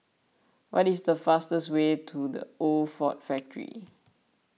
what is the fastest way to the Old Ford Factor